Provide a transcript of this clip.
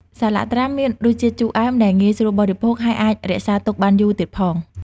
សាឡាក់ត្រាំមានរសជាតិជូរអែមដែលងាយស្រួលបរិភោគ ហើយអាចរក្សាទុកបានយូរទៀតផង។